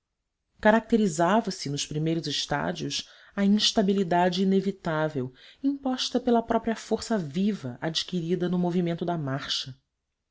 súbito caracteriza as nos primeiros estádios a instabilidade inevitável imposta pela própria força viva adquirida no movimento da marcha